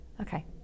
Okay